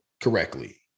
correctly